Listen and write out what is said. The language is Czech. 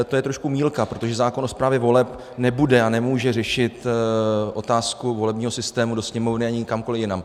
To je trošku mýlka, protože zákon o správě voleb nebude a nemůže řešit otázku volebního systému do Sněmovny ani kamkoli jinam.